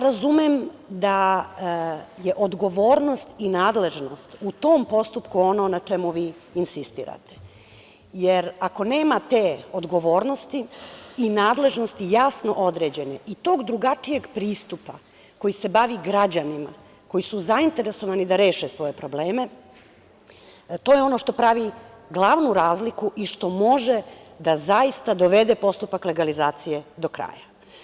Razumem da je odgovornost i nadležnost u tom postupku ono na čemu vi insistirate, jer ako nema te odgovornosti i nadležnosti jasno određene, i tog drugačijeg pristupa, koji se bavi građanima koji su zainteresovani da reše svoje probleme, to je ono što pravi glavnu razliku i što može da zaista dovede postupak legalizacije do kraja.